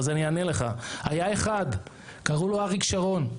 היה אחד, קראו לו אריק שרון.